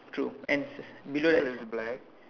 true and below there's